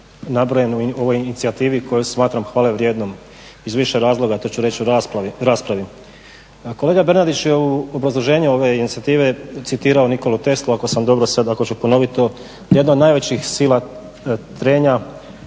nabrojen u ovoj inicijativi koju smatram hvale vrijednom, iz više razloga, to ću reći u raspravi. Kolega Bernardić je u obrazloženju ove inicijative citirao Nikolu Teslu ako ću ponoviti to, jedna od najvećih sila trenja